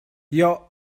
your